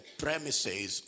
premises